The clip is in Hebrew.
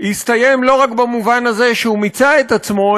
הסתיים לא רק במובן שהוא מיצה את עצמו,